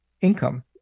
income